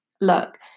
look